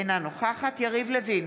אינה נוכחת יריב לוין,